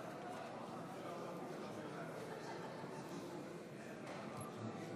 רבותיי: 50 בעד,